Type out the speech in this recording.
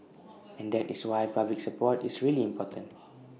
and that is why public support is really important